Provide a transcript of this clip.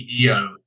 CEO